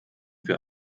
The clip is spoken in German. für